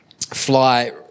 fly